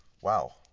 Wow